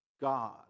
God